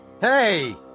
Hey